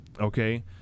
okay